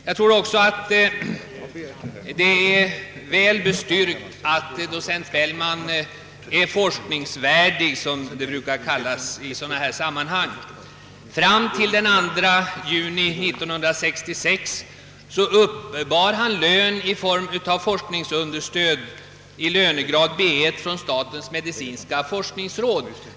Det är också väl bestyrkt, att docent Bellman är forskningsvärdig, som det brukar heta i dessa sammanhang. Fram till den 2 juni 1966 uppbar han lön i form av forskningsanslag i lönegrad B1 från statens medicinska forskningsråd.